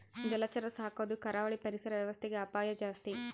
ಜಲಚರ ಸಾಕೊದು ಕರಾವಳಿ ಪರಿಸರ ವ್ಯವಸ್ಥೆಗೆ ಅಪಾಯ ಜಾಸ್ತಿ